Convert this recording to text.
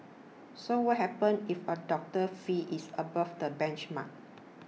so what happens if a doctor's fee is above the benchmark